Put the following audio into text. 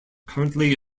currently